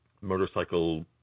motorcycle